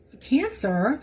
cancer